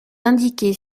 indiqués